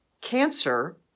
cancer